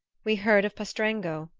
we heard of pastrengo,